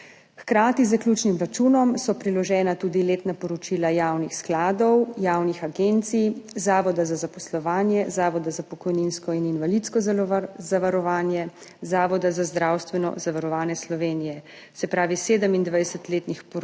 Hkrati z zaključnim računom so priložena tudi letna poročila javnih skladov, javnih agencij, Zavoda za zaposlovanje, Zavoda za pokojninsko in invalidsko zavarovanje, Zavoda za zdravstveno zavarovanje Slovenije. Se pravi 27 letnih poročil,